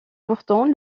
pourtant